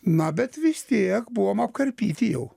na bet vis tiek buvom apkarpyti jau